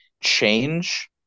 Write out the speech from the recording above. change